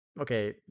okay